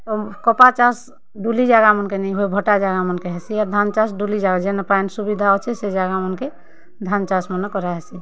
ଆଉ କପା ଚାଷ୍ ଡୁଲି ଯାଗା ମାନ୍କେ ନେଇଁ ହୁଏ ଭଟା ଜଗା ମାନ୍କେ ହେସି ଆର୍ ଧାନ୍ ଚାଷ୍ ଡୁଲି ଯାଗା ଜେନେ ପାନ୍ ସୁବିଧା ଅଛେ ସେ ଯାଗା ମାନ୍କେ ଧାନ୍ ଚାଷ୍ ମାନେ କରାହେସି